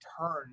turn